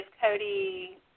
Cody